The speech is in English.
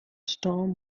storm